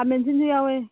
ꯈꯥꯃꯦꯟ ꯑꯁꯤꯟꯁꯨ ꯌꯥꯎꯋꯦ